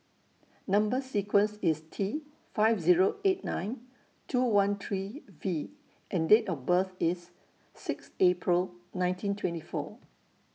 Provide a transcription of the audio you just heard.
Number sequence IS T five Zero eight nine two one three V and Date of birth IS six April nineteen twenty four